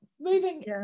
Moving